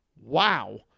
wow